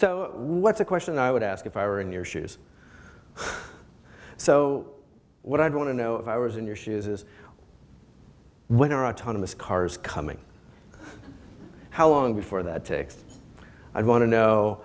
so what's a question i would ask if i were in your shoes so what i want to know if i was in your shoes is when are autonomous cars coming how long before that takes i want to know